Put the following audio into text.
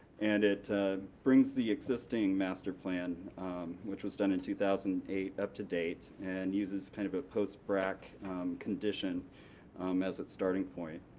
and it brings the existing master plan which was done in two thousand and eight up to date, and uses kind of a post brac condition as its starting point.